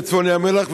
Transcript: בצפון ים המלח,